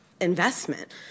investment